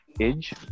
Edge